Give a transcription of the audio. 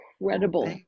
incredible